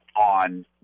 on